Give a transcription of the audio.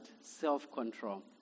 self-control